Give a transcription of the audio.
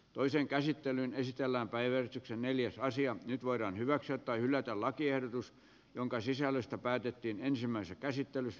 toisen käsittelyn esitellään päivä neljäs naisia nyt voidaan hyväksyä tai hylätä lakiehdotus jonka sisällöstä päätettiin ensimmäisessä käsittelyssä